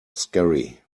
scary